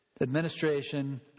Administration